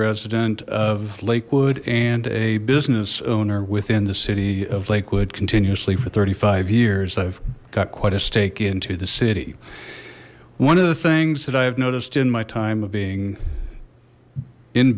resident of lakewood and a business owner within the city of lakewood continuously for thirty five years i've got quite a stake into the city one of the things that i have noticed in my time being in